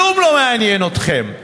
כלום לא מעניין אתכם.